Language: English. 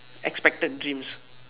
expected dreams